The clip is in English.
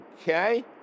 okay